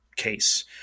case